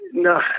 No